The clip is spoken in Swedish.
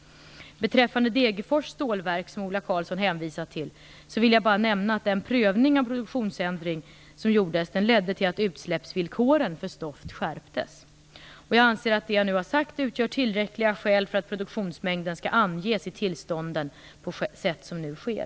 Beträffande Degerfors stålverk, som Ola Karlsson hänvisar till, vill jag bara nämna att den prövning av produktionsändring som gjordes ledde till att utsläppsvillkoren för stoft skärptes. Jag anser att det jag nu har sagt utgör tillräckliga skäl för att produktionsmängden skall anges i tillstånden på sätt som nu sker.